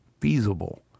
feasible